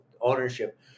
ownership